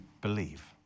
believe